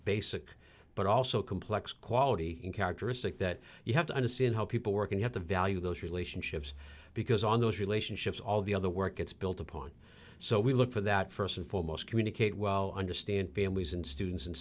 basic but also complex quality in characteristic that you have to understand how people work and have to value those relationships because on those relationships all the other work it's built upon so we look for that st and foremost communicate well understand families and students and